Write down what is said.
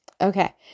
Okay